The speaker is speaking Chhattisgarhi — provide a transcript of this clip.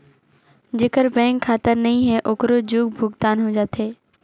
जेकर बैंक खाता नहीं है ओकरो जग भुगतान हो जाथे?